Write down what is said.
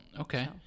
Okay